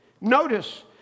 Notice